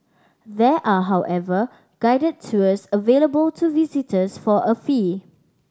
there are however guided tours available to visitors for a fee